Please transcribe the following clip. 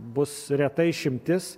bus reta išimtis